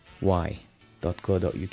Y.co.uk